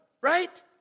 right